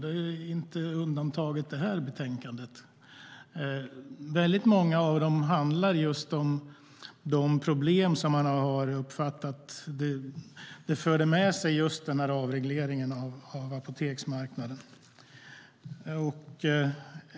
Det här betänkandet är inget undantag. Många av motionerna handlar om de problem som man har uppfattat att avregleringen av apoteksmarknaden förde med sig.